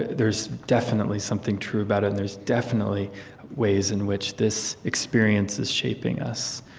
there's definitely something true about it, and there's definitely ways in which this experience is shaping us.